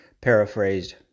paraphrased